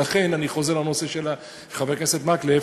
לכן אני חוזר לנושא של חבר הכנסת מקלב,